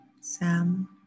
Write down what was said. Sam